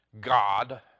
God